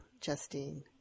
Justine